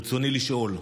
ברצוני לשאול: